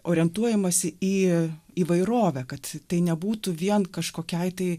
orientuojamasi į įvairovę kad tai nebūtų vien kažkokiai tai